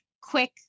quick